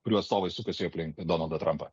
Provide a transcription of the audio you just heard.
kurių atstovai sukasi aplink donaldą trampą